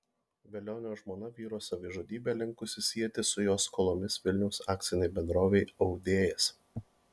velionio žmona vyro savižudybę linkusi sieti su jo skolomis vilniaus akcinei bendrovei audėjas